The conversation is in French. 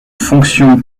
fonction